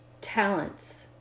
Talents